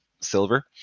silver